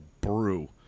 brew